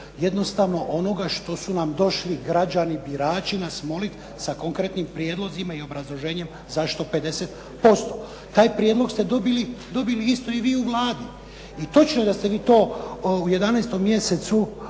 jednostavno onoga što su nam došli građani birači nas moliti sa konkretnim prijedlozima i obrazloženjem zašto 50%. Taj prijedlog ste dobili isto i vi u Vladi i točno je da ste vi to u 11. mjesecu prošle